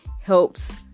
helps